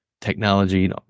technology